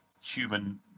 human